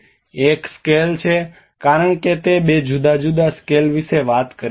એક સ્કેલ છે કારણ કે તે બે જુદા જુદા સ્કેલ વિશે વાત કરે છે